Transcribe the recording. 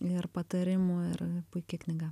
ir patarimų ir puiki knyga